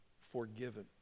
forgiven